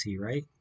right